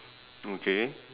okay